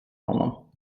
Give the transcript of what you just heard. honom